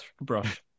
brush